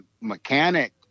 mechanic